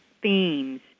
themes